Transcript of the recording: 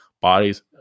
bodies